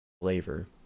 flavor